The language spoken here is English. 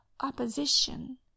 opposition